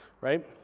right